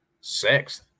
sixth